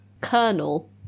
Colonel